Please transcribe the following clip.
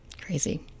crazy